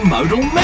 Modal